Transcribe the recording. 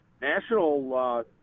national